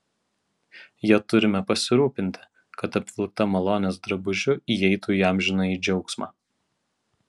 ja turime pasirūpinti kad apvilkta malonės drabužiu įeitų į amžinąjį džiaugsmą